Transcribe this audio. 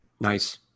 Nice